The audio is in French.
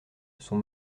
sont